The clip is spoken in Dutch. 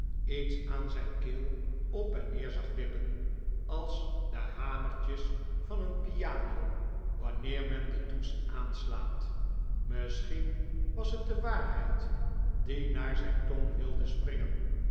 iets aan zijn keel op en neer zag wippen als de hamertjes van een piano wanneer men de toetsen aanslaat misschien was het de waarheid die naar zijn tong wilde springen